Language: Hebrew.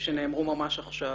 שנאמרו ממש עכשיו.